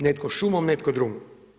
Netko šumom, netko drumom.